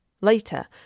Later